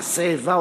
או מעשי איבה,